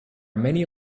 many